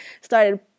Started